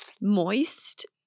moist